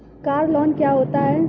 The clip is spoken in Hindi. कार लोन क्या होता है?